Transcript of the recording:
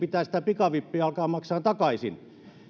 pitää sitä pikavippiä alkaa maksaa takaisin